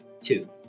Two